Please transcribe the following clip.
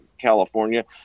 California